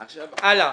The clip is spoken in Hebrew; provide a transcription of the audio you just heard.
הלאה.